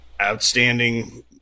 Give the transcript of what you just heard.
outstanding